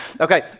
Okay